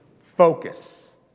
focus